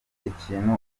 ikintu